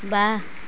ৱাহ